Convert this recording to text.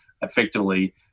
Effectively